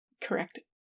Correct